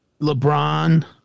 LeBron